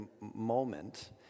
moment